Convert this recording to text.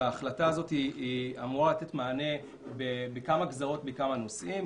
וההחלטה הזאת אמורה לתת מענה בכמה גזרות ובכמה נושאים.